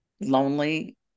Lonely